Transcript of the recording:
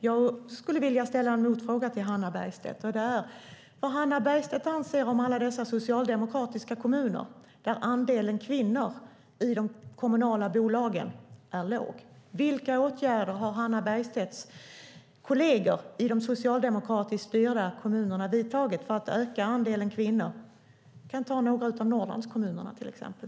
Jag skulle vilja ställa en motfråga till Hannah Bergstedt. Vad anser Hannah Bergstedt om alla dessa socialdemokratiska kommuner där andelen kvinnor i de kommunala bolagen är låg? Vilka åtgärder har Hannah Bergstedts kolleger i de socialdemokratiskt styrda kommunerna vidtagit för att öka andelen kvinnor? Vi kan ta några av de norrländska kommunerna till exempel.